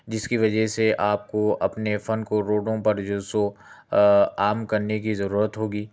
جس کی وجہ سے آپ کو اپنے فن کو روڈوں پر جو سو عام کرنے کی ضرورت ہوگی